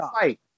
fight